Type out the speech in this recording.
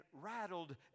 rattled